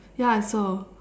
ya I saw